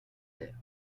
terre